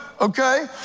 Okay